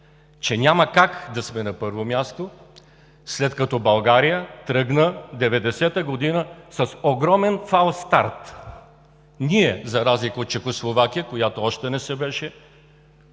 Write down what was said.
че няма как да сме на първо място, след като България през 1990 г. тръгна с огромен фалстарт. Ние за разлика от Чехословакия, която още не се беше